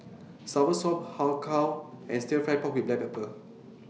Soursop Har Kow and Stir Fry Pork with Black Pepper